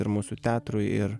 ir mūsų teatrui ir